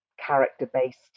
character-based